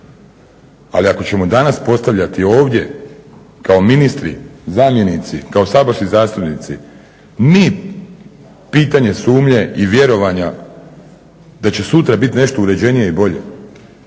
Ali ako ćemo danas postavljati ovdje kao ministri, zamjenici, kao saborski zastupnici mi pitanje sumnje i vjerovanja da će sutra bit nešto uređenije i bolje,